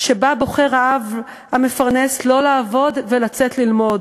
שבה בוחר האב המפרנס שלא לעבוד ולצאת ללמוד.